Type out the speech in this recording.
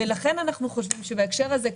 ולכן אנחנו חושבים שבהקשר הזה,